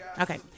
Okay